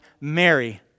Mary